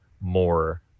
more